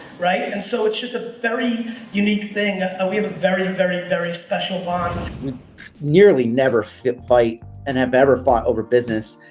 right. and so it's just a very unique thing. and we have a very, very, very special bond. we've nearly never fist fight and have never fought over business.